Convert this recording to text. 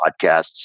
podcasts